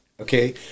Okay